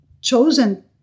chosen